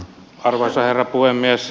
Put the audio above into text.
arvoisa herra puhemies